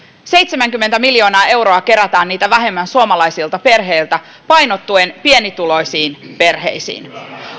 seitsemänkymmentä miljoonaa euroa vähemmän niitä kerätään suomalaisilta perheiltä painottuen pienituloisiin perheisiin